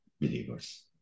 believers